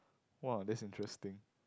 !wah! that's interesting